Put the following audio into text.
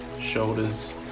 Shoulders